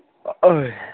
ꯍꯣꯏ